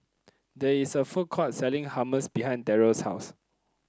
Toh Avenue